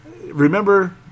remember